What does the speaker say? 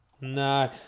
No